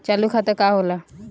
चालू खाता का होला?